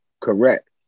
Correct